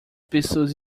pessoas